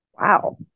Wow